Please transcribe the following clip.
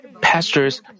pastors